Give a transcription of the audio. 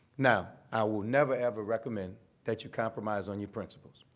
now, i will never ever recommend that you compromise on your principles.